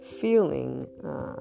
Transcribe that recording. feeling